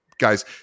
Guys